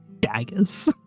daggers